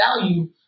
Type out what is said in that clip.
value